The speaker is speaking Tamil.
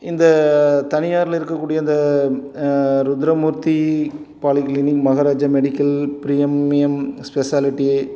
இந்த தனியார்ல இருக்கக்கூடிய அந்த Rudramurthy polyclinic Maharaja medical premium speciality